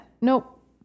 Nope